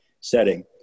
setting